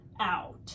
out